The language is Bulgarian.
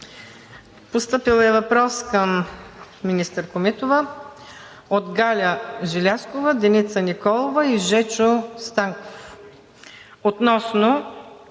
Постъпил е въпрос към министър Комитова от Галя Желязкова, Деница Николова и Жечо Станков относно